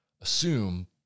assume